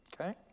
Okay